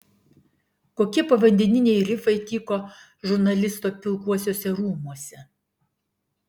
kokie povandeniniai rifai tyko žurnalisto pilkuosiuose rūmuose